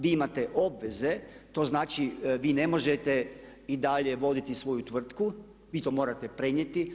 Vi imate obveze, to znači vi ne možete i dalje voditi svoju tvrtku, vi to morate prenijeti.